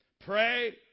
Pray